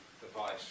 device